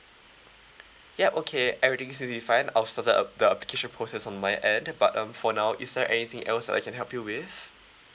yup okay everything seems to be fine I'll set up uh the application process on my end but um for now is there anything else I can help you with